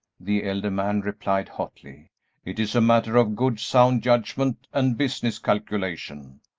the elder man replied, hotly it is a matter of good, sound judgment and business calculation.